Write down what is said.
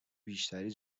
بیشتری